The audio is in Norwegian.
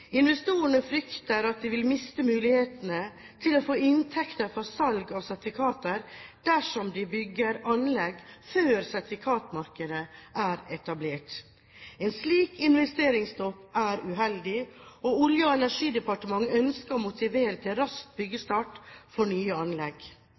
Investorene frykter at de vil miste mulighetene til å få inntekter fra salg av sertifikater dersom de bygger anlegg før sertifikatmarkedet er etablert. En slik investeringsstopp er uheldig, og Olje- og energidepartementet ønsker å motivere til